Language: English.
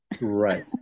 Right